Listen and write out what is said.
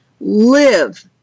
Live